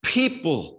people